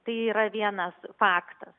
tai yra vienas faktas